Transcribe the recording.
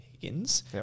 Higgins